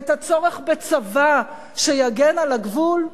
את הצורך בצבא שיגן על הגבול,